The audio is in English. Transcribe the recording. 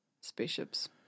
spaceships